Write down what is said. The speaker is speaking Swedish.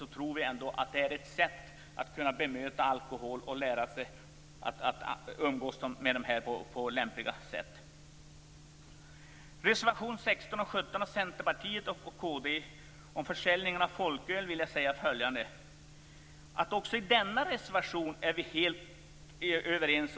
Det tror vi är ett sätt att lära sig bemöta alkohol och umgås med den. När det gäller reservationerna 16 och 17 av Centerpartiet och Kristdemokraterna om försäljning av folköl vill jag säga att vi också här är överens.